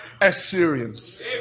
Assyrians